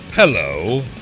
Hello